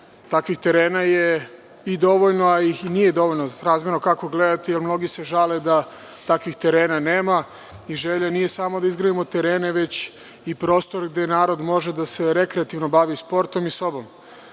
Takvih terena je dovoljno, ali ih i nije dovoljno srazmerno, kako gledate, jer mnogi se žale da takvih terena nema. Želja mi je samo da izgradimo terene, već i prostor gde narod može da se rekreativno bavi sportom i sobom. Mislim